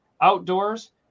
outdoors